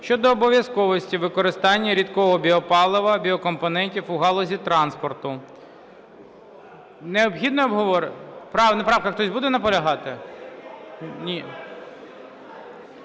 щодо обов'язковості використання рідкого біопалива (біокомпонентів) у галузі транспорту. Необхідне обговорення? На правках хтось буде наполягати? Ні.